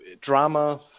drama